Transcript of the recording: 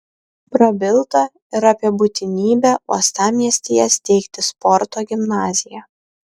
prabilta ir apie būtinybę uostamiestyje steigti sporto gimnaziją